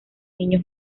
niño